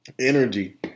Energy